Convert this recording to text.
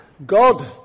God